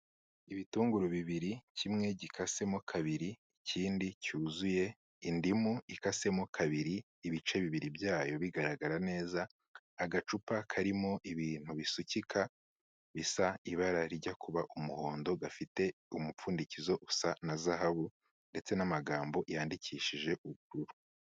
Ibitunguru bibiri, kimwe gikasemo kabiri, ikindi cyuzuye, indimu ikasemo kabiri ibice bibiri byayo bigaragara neza, agacupa karimo ibintu bisukika bisa ibara rijya kuba umuhondo, gafite umupfundikizo usa na zahabu ndetse n'amagambo yandikishije ubururu.